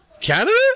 Canada